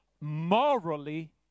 Morally